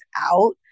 out